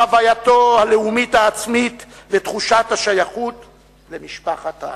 חווייתו הלאומית העצמית ותחושת השייכות שלו למשפחת העמים.